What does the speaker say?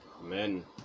Amen